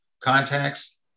contacts